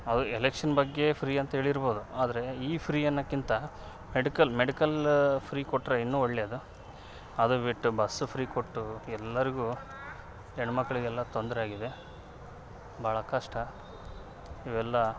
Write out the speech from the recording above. ಅದು ಎಲೆಕ್ಷನ್ ಬಗ್ಗೆ ಫ್ರೀ ಅಂತ ಹೇಳಿರಬೋದು ಆದರೆ ಈ ಫ್ರೀ ಅನ್ನೋಕ್ಕಿಂತ ಮೆಡ್ಕಲ್ ಮೆಡಿಕಲ್ ಫ್ರೀ ಕೊಟ್ರೆ ಇನ್ನೂ ಒಳ್ಳೇದು ಅದು ಬಿಟ್ಟು ಬಸ್ಸು ಫ್ರೀ ಕೊಟ್ಟು ಎಲ್ರಿಗೂ ಹೆಣ್ಮಕ್ಳಿಗೆಲ್ಲ ತೊಂದರೆ ಆಗಿದೆ ಭಾಳ ಕಷ್ಟ ಇವೆಲ್ಲ